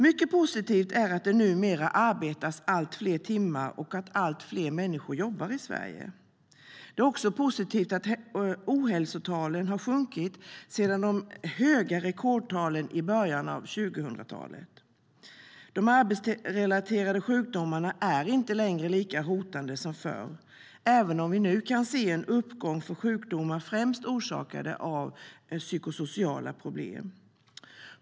Mycket positivt är att det numera arbetas allt fler timmar och att allt fler människor jobbar i Sverige. Det är också positivt att ohälsotalen har sjunkit sedan de höga rekordtalen i början av 2000-talet. Arbetsrelaterade sjukdomar är inte längre lika hotande som förr, även om vi kan se en uppgång för sjukdomar främst orsakade av psykosociala problem.